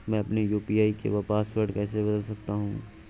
मैं अपने यू.पी.आई का पासवर्ड कैसे बदल सकता हूँ?